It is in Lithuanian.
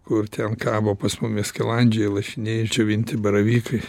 kur ten kabo pas mumis skilandžiai lašiniai ir džiovinti baravykai